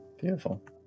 Beautiful